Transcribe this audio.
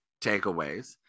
takeaways